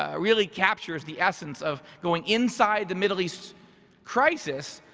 um really captures the essence of going inside the middle east crisis,